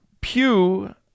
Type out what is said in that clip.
Pew